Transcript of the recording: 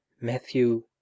Matthew